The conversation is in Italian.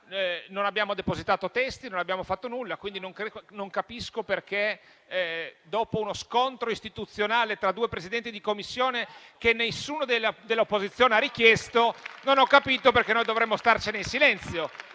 Non abbiamo depositato testi, non abbiamo fatto nulla, quindi non capisco perché, dopo uno scontro istituzionale tra due Presidenti di Commissione, che nessuno dell'opposizione ha richiesto, dovremmo starcene in silenzio.